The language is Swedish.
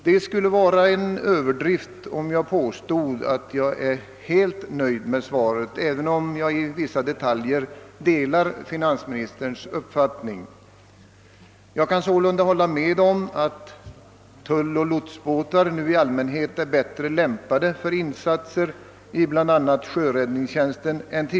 Det skulle vara en överdrift att påstå att jag är helt nöjd med svaret, även om jag i vissa detaljer delar finansministerns uppfattning. Jag kan sålunda hålla med om att tulloch lotsbåtar nu i allmänhet är bättre lämpade än tidigare för insatser i bl.a. sjöräddningstjänsten.